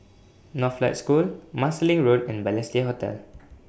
Northlight School Marsiling Road and Balestier Hotel